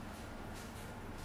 不会啦